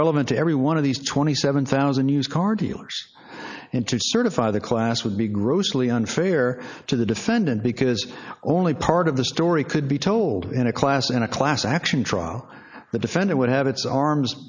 relevant to every one of these twenty seven thousand used car dealers and to certify the class would be grossly unfair to the defendant because only part of the story could be told in a class in a class action trial the defendant would have its arms